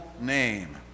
name